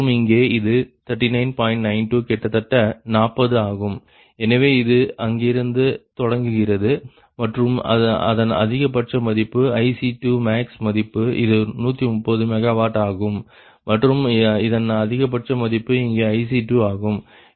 92 கிட்டத்தட்ட 40 ஆகும் எனவே இது இங்கிருந்து தொடங்குகிறது மற்றும் அதன் அதிகபட்ச மதிப்பு IC2max மதிப்பு இது 130 MWஆகும் மற்றும் இதன் அதிகபட்ச மதிப்பு இங்கே IC2 ஆகும் இது 78